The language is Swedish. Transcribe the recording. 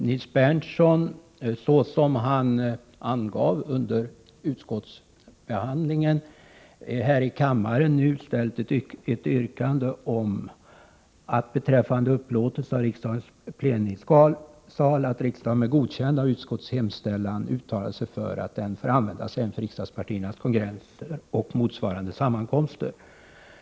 Nils Berndtson har såsom han angav redan under utskottsbehandlingen ställt ett yrkande här i kammaren om att riksdagen med godkännande av utskottets hemställan i övrigt uttalar sig för att riksdagens plenisal får användas även för riksdagspartiernas kongresser och motsvarande sammankomster.